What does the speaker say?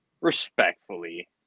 respectfully